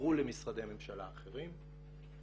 פוזרו למשרדי ממשלה אחרים,